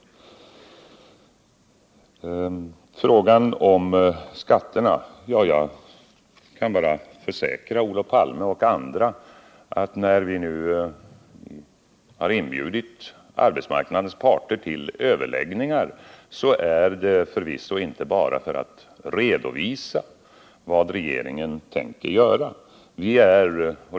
I fråga om skatterna kan jag försäkra Olof Palme och andra att när vi nu har inbjudit arbetsmarknadens parter till överläggningar har vi förvisso inte gjort detta bara för att redovisa vad regeringen tänker göra.